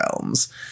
realms